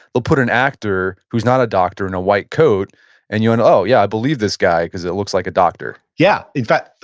they'll put an actor who's not a doctor in a white coat and you went, oh yeah, i believe this guy because it looks like a doctor yeah. in fact,